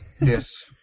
Yes